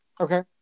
Okay